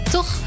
Toch